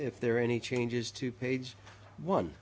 if there are any changes to page one